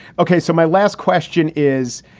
ok, so my last question is,